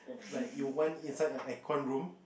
like you want inside a air con room